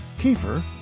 kefir